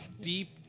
deep